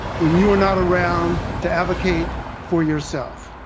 when you are not around to advocate for yourself